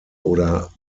oder